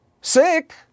sick